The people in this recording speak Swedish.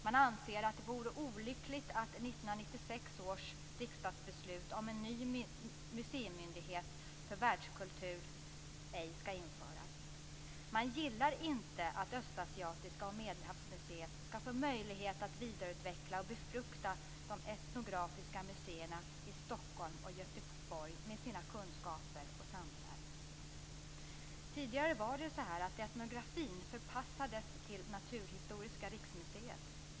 Man anser att det vore olyckligt att 1996 års riksdagsbeslut om en ny museimyndighet för världskultur ej skall införas. Man gillar inte att Östasiatiska museet och Medelhavsmuseet skall få möjligheter att vidareutveckla och befrukta de etnografiska museerna i Stockholm och Göteborg med sina kunskaper och samlingar. Tidigare förpassades etnografin till Naturhistoriska riksmuseet.